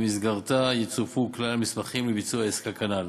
שבמסגרתה יצורפו כלל המסמכים לביצוע העסקה כנ"ל.